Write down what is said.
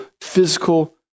physical